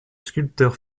sculpteur